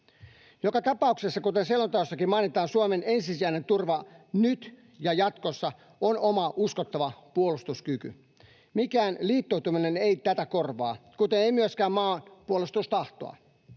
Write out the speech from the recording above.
Joka tapauksessa, kuten selonteossakin mainitaan, Suomen ensisijainen turva nyt ja jatkossa on oma uskottava puolustuskyky. Mikään liittoutuminen ei tätä korvaa, kuten ei myöskään maanpuolustustahtoa.